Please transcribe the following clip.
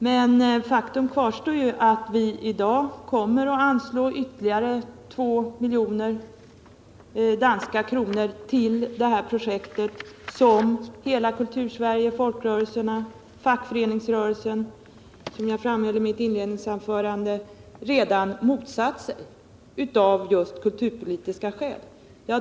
Men faktum kvarstår att vi i dag kommer att anslå ytterligare 2 miljoner danska kronor till det här projektet, som hela Kultursverige, folkrörelserna och fackföreningsrörelsen redan motsatt sig — av just kulturpolitiska skäl.